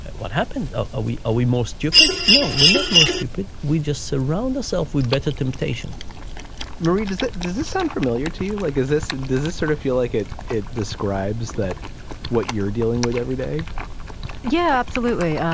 what happened? ah are we are we most stupid? no, we're not. most stupid. we just surround yourself with better temptation murray, does does this sound familiar to you? like, is this does this sort of feel like it? it describes that what you're dealing with every day yeah, absolutely.